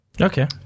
Okay